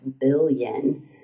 billion